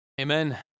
Amen